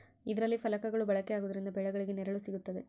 ಇದರಲ್ಲಿ ಫಲಕಗಳು ಬಳಕೆ ಆಗುವುದರಿಂದ ಬೆಳೆಗಳಿಗೆ ನೆರಳು ಸಿಗುತ್ತದೆ